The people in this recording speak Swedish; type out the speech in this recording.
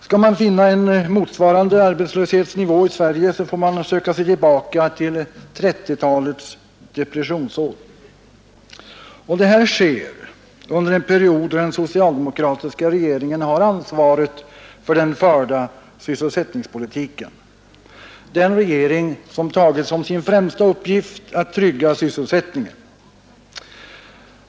Skall man finna en motsvarande arbetslöshetsnivå i Sverige får man söka sig tillbaka till 1930-talets depressionsår. Detta sker under en period då den socialdemokratiska regeringen har ansvaret för den förda sysselsättningspolitiken — den regering som tagit som sin främsta uppgift att trygga sysselsättningen.